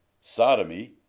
sodomy